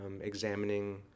examining